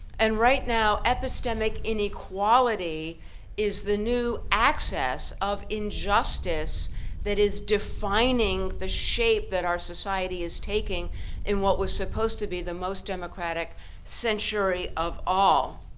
and right now epistemic inequality is the new access of injustice that is defining the shape that our society is taking in what was supposed to be the most democratic century of all.